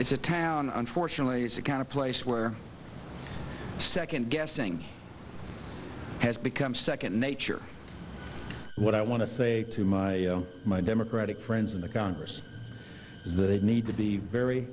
it's a town unfortunately it's the kind of place where second guessing has become second nature what i want to say to my my democratic friends in the congress is they need to be very